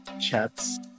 chats